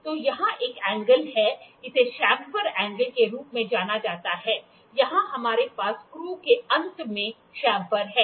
तो यहाँ एक एंगल है इसे शेंफर एंगल के रूप में जाना जाता है यहाँ हमारे पास स्क्ऱू के अंत में शेंफर है